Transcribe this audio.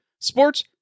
Sports